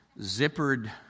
zippered